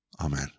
Amen